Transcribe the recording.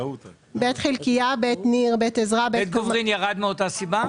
בית חלקיה בית ניר בית עזרא בית גוברין ירד מאותה סיבה?